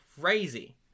crazy